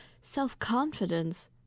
self-confidence